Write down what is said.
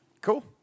Cool